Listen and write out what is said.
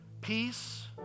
Peace